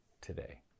today